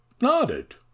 nodded